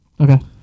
Okay